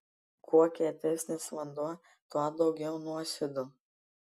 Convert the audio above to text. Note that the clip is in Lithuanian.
kuo kietesnis vanduo tuo daugiau nuosėdų